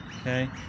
okay